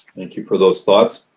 thank you for those thoughts.